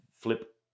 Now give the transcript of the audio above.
flip